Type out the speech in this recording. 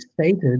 stated